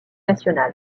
nationale